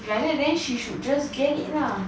like that she should just get it lah